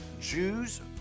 Jews